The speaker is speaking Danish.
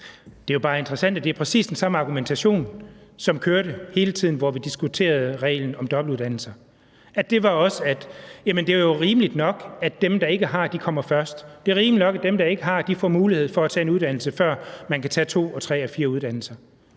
Det er jo bare interessant, at det er præcis den samme argumentation, som kørte hele tiden, da vi diskuterede reglen om dobbeltuddannelser. Det var også, at det jo var rimeligt nok, at dem, der ikke har, kommer først; at det var rimeligt nok, at dem, der ikke har, får mulighed for at tage en uddannelse, før man kan tage to og tre og fire uddannelser.